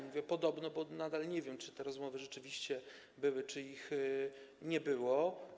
Mówię „podobno”, bo nadal nie wiem, czy te rozmowy rzeczywiście były, czy ich nie było.